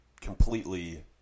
completely